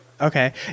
Okay